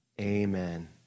Amen